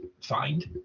find